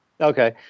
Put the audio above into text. Okay